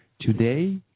today